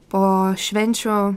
po švenčių